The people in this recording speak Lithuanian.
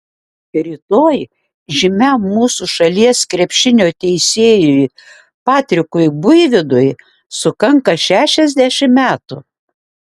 rytoj žymiam mūsų šalies krepšinio teisėjui patrikui buivydui sukanka šešiasdešimt metų